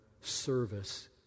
service